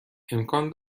امکان